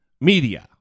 media